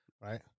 Right